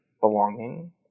belonging